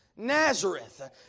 Nazareth